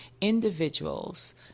individuals